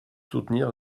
soutenir